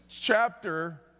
chapter